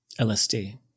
LSD